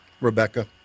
Rebecca